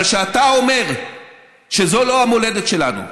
אבל כשאתה אומר שזו לא המולדת שלנו,